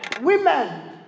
Women